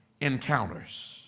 encounters